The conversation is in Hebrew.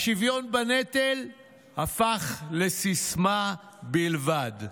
השוויון בנטל הפך לסיסמה בלבד.